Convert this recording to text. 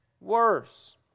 worse